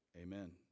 Amen